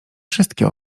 wszystkie